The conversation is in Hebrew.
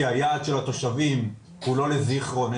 כי היעד של התושבים הוא לא לזכרון,